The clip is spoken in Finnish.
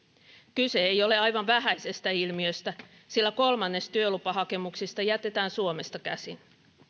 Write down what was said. kyse ei ole aivan vähäisestä ilmiöstä sillä kolmannes työlupahakemuksista jätetään suomesta käsin